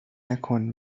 نکن